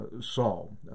Saul